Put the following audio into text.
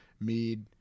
mead